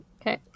Okay